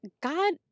God